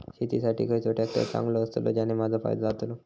शेती साठी खयचो ट्रॅक्टर चांगलो अस्तलो ज्याने माजो फायदो जातलो?